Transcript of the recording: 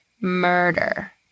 murder